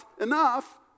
enough